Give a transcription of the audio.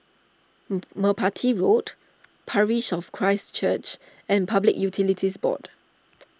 Merpati Road Parish of Christ Church and Public Utilities Board